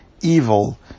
evil